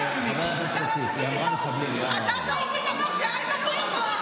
היא אמרה "מחבלים".